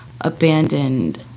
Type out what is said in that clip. abandoned